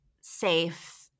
safe